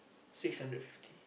six hundred fifty